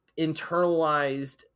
internalized